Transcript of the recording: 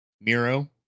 Miro